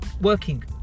working